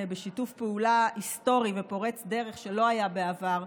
בשיתוף פעולה היסטורי ופורץ דרך שלא היה בעבר,